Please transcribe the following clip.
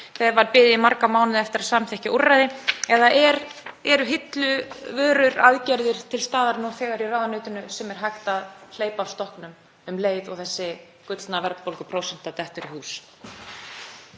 þegar var beðið í marga mánuði eftir að samþykkja úrræði? Eða eru hilluvörur, aðgerðir, til staðar nú þegar í ráðuneytinu sem er hægt að hleypa af stokkunum um leið og þessi gullna verðbólguprósenta dettur í hús?